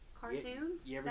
Cartoons